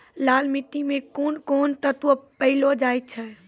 लाल मिट्टी मे कोंन कोंन तत्व पैलो जाय छै?